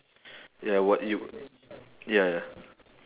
ya what you ya ya